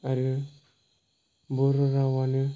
आरो बर' रावआनो